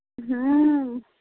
हुँ